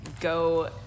go